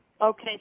Okay